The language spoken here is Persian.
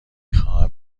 خواهم